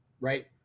right